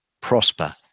prosper